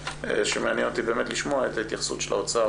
כשמעניין אותי באמת לשמוע את התייחסות האוצר